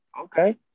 Okay